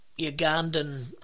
Ugandan